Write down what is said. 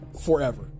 forever